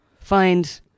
find